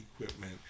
equipment